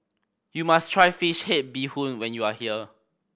you must try fish head bee hoon when you are here